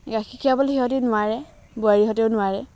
গাখীৰ খীৰাবলৈ সিহঁতি নোৱাৰে বোৱাৰীহঁতেও নোৱাৰে